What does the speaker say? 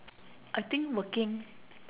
I think working